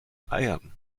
eiern